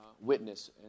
witness